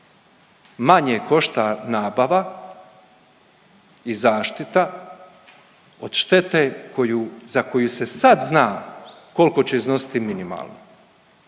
manje košta nabava i zaštita od štete koju, za koju se sad zna koliko će iznositi minimalno